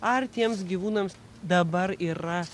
ar tiems gyvūnams dabar yra